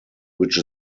which